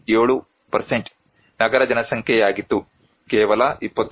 7 ನಗರ ಜನಸಂಖ್ಯೆಯಾಗಿತ್ತು ಕೇವಲ 29